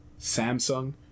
Samsung